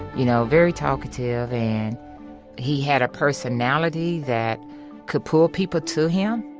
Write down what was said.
you know very talkative, and he had a personality that could pull people to him